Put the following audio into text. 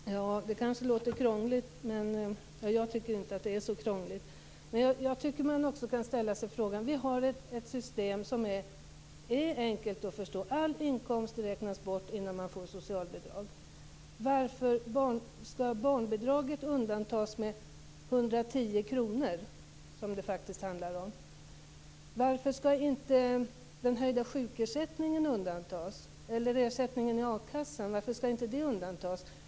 Fru talman! Det kanske låter krångligt, men jag tycker inte att det är så krångligt. Vi har ett system som är enkelt att förstå. Alla inkomster räknas bort innan man får socialbidrag. Varför skall barnbidraget undantas med 110 kr, som det faktiskt handlar om? Varför skall inte den höjda sjukersättningen eller ersättningen i a-kassan undantas?